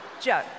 Joe